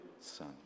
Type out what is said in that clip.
Son